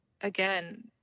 again